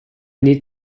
need